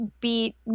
beat